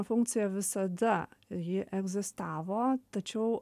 funkcija visada ji egzistavo tačiau